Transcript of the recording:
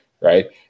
right